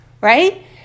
right